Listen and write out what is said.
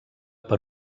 per